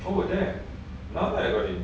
oh that now recording